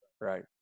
right